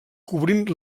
cobrint